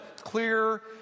clear